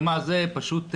פשוט,